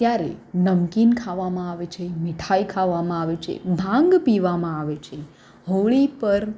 ત્યારે નમકીન ખાવામાં આવે છે મીઠાઈ ખાવામાં આવે છે ભાંગ પીવામાં આવે છે હોળી પર